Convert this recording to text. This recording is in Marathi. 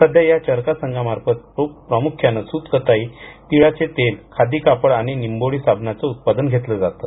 सध्या या चरखा संघामार्फत प्रामुख्यानं सुतकताई तीळाचे तेल खादी कापड आणिनिंबोळी साबणाचं उत्पादन घेतलं जातं